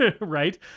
Right